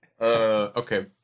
Okay